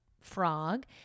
frog